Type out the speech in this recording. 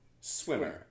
swimmer